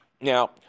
Now